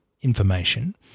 information